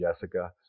Jessica